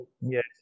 Yes